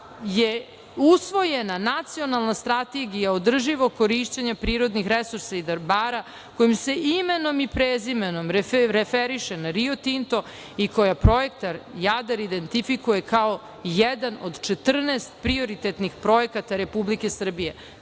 je usvojena Nacionalna strategija održivog korišćenja prirodnih resursa i dobara kojom se imenom i prezimenom referiše na Rio Tinto i koja projekat Jadar identifikuje kao jedan od 14 prioritetnih projekata Republike Srbije.